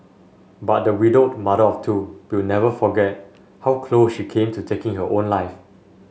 but the widowed mother of two will never forget how close she came to taking her own life